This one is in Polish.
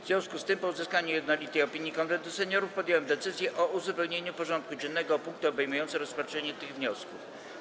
W związku z tym, po uzyskaniu jednolitej opinii Konwentu Seniorów, podjąłem decyzję o uzupełnieniu porządku dziennego o punkty obejmujące rozpatrzenie tych wniosków.